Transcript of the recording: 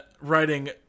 writing